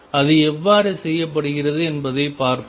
அது எவ்வாறு செய்யப்படுகிறது என்பதைப் பார்ப்போம்